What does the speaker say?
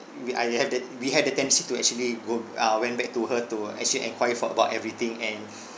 we I have the we had the tendency to actually go uh went back to her to actually enquired for about everything and